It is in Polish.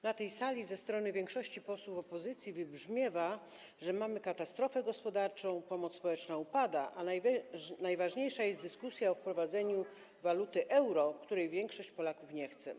Na tej sali ze strony większości posłów opozycji wybrzmiewa, że mamy katastrofę gospodarczą, pomoc społeczna upada, a najważniejsza jest dyskusja o wprowadzeniu waluty euro, której większość Polaków nie chce.